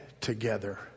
together